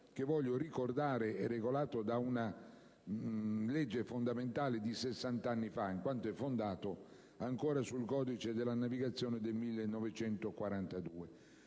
che - voglio ricordare - è regolato da una legge fondamentale di sessant'anni fa, in quanto è fondato ancora sul codice della navigazione del 1942,